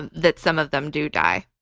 and that some of them do die.